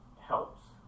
helps